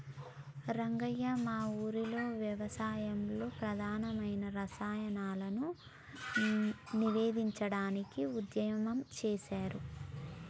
రంగయ్య మా ఊరిలో వ్యవసాయంలో ప్రమాధమైన రసాయనాలను నివేదించడానికి ఉద్యమం సేసారు